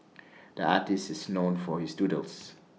the artist is known for his doodles